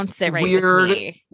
weird